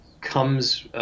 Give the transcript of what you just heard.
comes